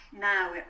now